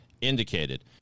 indicated